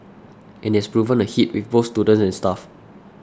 and it has proven a hit with both students and staff